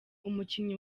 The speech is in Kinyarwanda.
umukinnyi